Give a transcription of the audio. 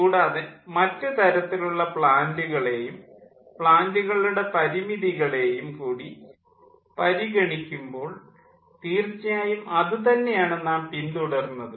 കൂടാതെ മറ്റുതരത്തിലുള്ള പ്ലാൻ്റുകളേയും പ്ലാൻ്റുകളുടെ പരിമിതികളേയും കൂടി പരിഗണിക്കുമ്പോൾ തീർച്ചയായും അതു തന്നെയാണ് നാം പിന്തുടർന്നതും